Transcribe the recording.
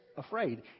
afraid